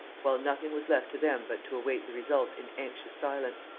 while nothing was left to them but to await the result in anxious silence.